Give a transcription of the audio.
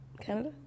Canada